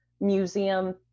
museum